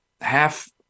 half